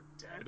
Dead